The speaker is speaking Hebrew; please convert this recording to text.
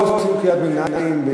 לא עושים קריאת ביניים,